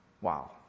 Wow